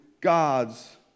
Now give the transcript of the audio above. God's